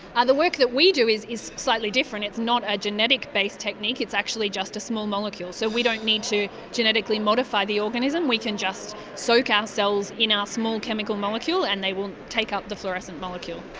ah the work that we do is is slightly different, it's not a genetic-based technique, it's actually just a small molecule, so we don't need to genetically modify the organism, we can just soak ourselves in our ah small chemical molecule and they will take up the fluorescent molecule.